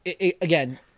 again